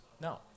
No